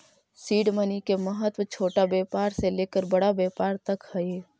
seed money के महत्व छोटा व्यापार से लेकर बड़ा व्यापार तक हई